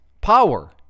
power